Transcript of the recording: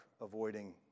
avoiding